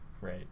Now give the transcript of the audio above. right